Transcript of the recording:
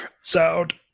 sound